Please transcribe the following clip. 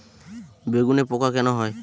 বেগুনে পোকা কেন হয়?